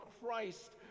Christ